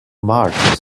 marge